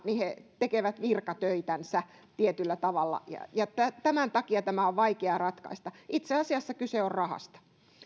he tekevät virkatöitänsä tietyllä tavalla ja tämän takia tämä on vaikea ratkaista itse asiassa kyse on rahasta